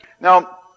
Now